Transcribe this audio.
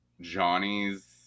Johnny's